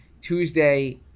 Tuesday